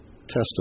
tested